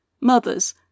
Mothers